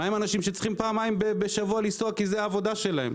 מה עם אנשים שצריכים פעמיים בשבוע לנסוע כי זו העבודה שלהם?